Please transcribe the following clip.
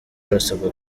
barasabwa